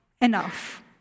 enough